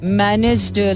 managed